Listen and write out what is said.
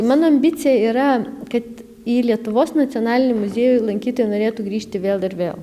mano ambicija yra kad į lietuvos nacionalinį muziejų lankytojai norėtų grįžti vėl ir vėl